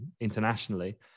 internationally